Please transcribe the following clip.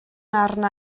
arna